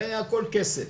הרי הכול כסף.